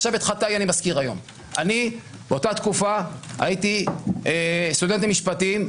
עכשיו את חטאיי אני מזכיר היום: באותה תקופה הייתי סטודנט למשפטים,